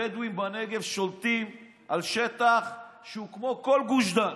הבדואים בנגב שולטים על שטח שהוא כמו כל גוש דן.